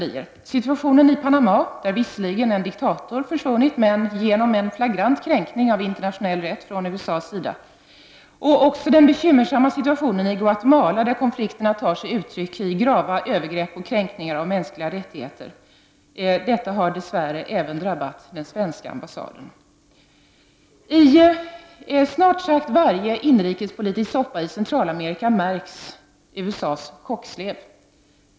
Det gäller exempelvis situationen i Panama, där visserligen en diktator har försvunnit, men genom en flagrant kränkning av internationell rätt från USA:s sida. Sedan har vi den bekymmersamma situationen i Guatemala, där konflikterna tar sig uttryck i grava övergrepp och kränkningar av mänskliga rättigheter. Detta har dess värre drabbat även den svenska ambassaden. I snart sagt varje inrikespolitisk soppa i Centralamerika märks USA:s kockslev.